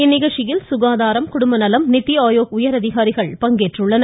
இந்நிகழ்ச்சியில் சுகாதாரம் குடும்பநலம் நித்தி ஆயோக் உயர் அதிகாரிகள் பங்கேற்றுள்ளனர்